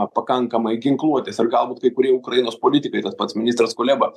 pakankamai ginkluotės ir galbūt kai kurie ukrainos politikai tas pats ministras kuleba